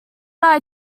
eye